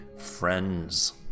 Friends